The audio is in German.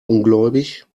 ungläubig